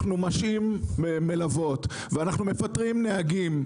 אנחנו משעים מלוות ואנחנו מפטרים נהגים,